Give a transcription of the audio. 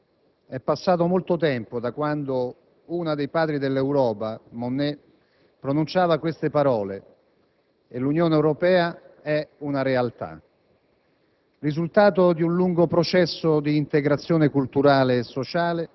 «L'Europa non esiste; bisogna crearla». È passato molto tempo da quando uno dei padri dell'Europa, Jean Monnet, pronunciava queste parole, e l'Unione Europea è una realtà.